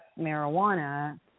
marijuana